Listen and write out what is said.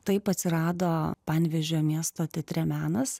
taip atsirado panevėžio miesto teatre menas